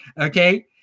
Okay